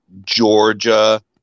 georgia